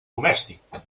domèstic